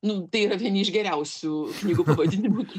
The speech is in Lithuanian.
nu tai yra vieni iš geriausių knygų pavadinimų